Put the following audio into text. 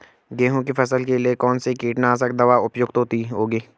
गेहूँ की फसल के लिए कौन सी कीटनाशक दवा उपयुक्त होगी?